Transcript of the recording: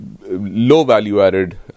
low-value-added